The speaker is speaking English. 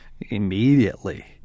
immediately